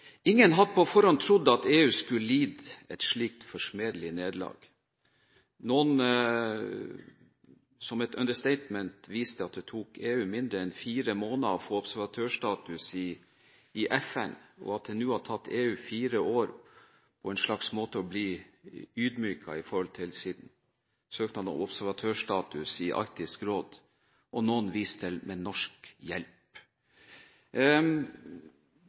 Ingen hadde på forhånd trodd at EU skulle lide et slikt forsmedelig nederlag. Som et understatement viser noen til at det tok EU mindre enn fire måneder å få observatørstatus i FN, men at det nå har tatt EU fire år på en måte å bli ydmyket med tanke på søknaden om observatørstatus i Arktisk råd – med norsk hjelp, som noen viser til.